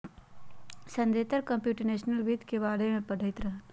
Satender computational वित्त के बारे में पढ़ईत रहन